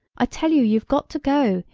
i tell you you've got to go.